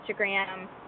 Instagram